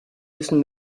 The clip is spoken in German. müssen